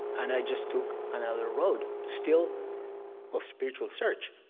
and i just took another road still of spiritual search,